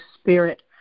spirit